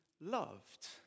loved